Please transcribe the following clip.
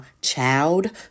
child